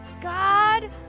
God